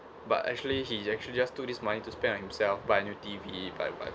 but actually he actually just took this money to spend on himself buy new T_V buy buy